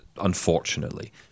unfortunately